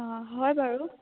অঁ হয় বাৰু